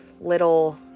little